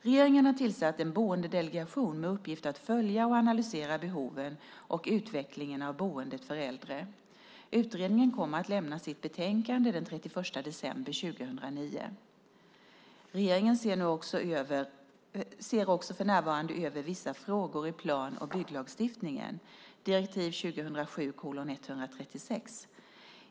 Regeringen har tillsatt en boendedelegation med uppgift att följa och analysera behoven och utvecklingen av boendet för äldre. Utredningen kommer att lämna sitt betänkande den 31 december 2009. Regeringen ser också för närvarande över vissa frågor i plan och bygglagstiftningen .